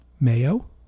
mayo